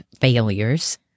failures